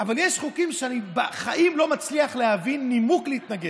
אבל יש חוקים שאני בחיים לא מצליח להביא נימוק להתנגד.